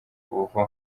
kubuvaho